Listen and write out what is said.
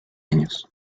años